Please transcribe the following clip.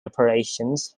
operations